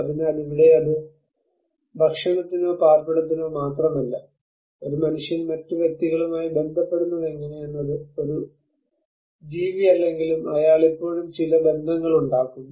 അതിനാൽ ഇവിടെ അത് ഭക്ഷണത്തിനോ പാർപ്പിടത്തിനോ മാത്രമല്ല ഒരു മനുഷ്യൻ മറ്റ് വ്യക്തികളുമായി ബന്ധപ്പെടുന്നതെങ്ങനെയെന്നത് ഒരു ജീവിയല്ലെങ്കിലും അയാൾ ഇപ്പോഴും ചില ബന്ധങ്ങൾ ഉണ്ടാക്കുന്നു